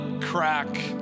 crack